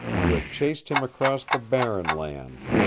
who had chased him across the barren lands,